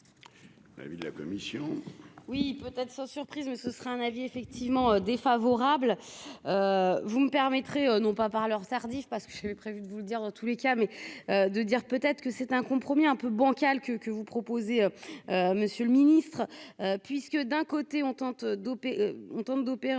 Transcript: Oui, peut-être, sans surprise, mais ce sera un avis effectivement défavorable, vous me permettrez, non pas par l'heure tardive, parce que j'avais prévu de vous le dire en tous les cas, mais de dire peut-être que c'était un compromis un peu bancal que que vous proposez, monsieur le Ministre, puisque d'un côté on tente dopé,